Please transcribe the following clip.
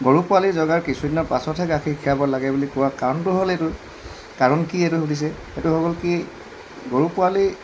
গৰু পোৱালি জগাৰ কিছুদিনৰ পাছতহে গাখীৰ খীৰাব লাগে বুলি কোৱাৰ কাৰণটো হ'ল এইটো কাৰণ কি এইটো সুধিছে সেইটো হৈ গ'ল কি গৰু পোৱালি